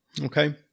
Okay